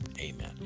amen